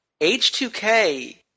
H2K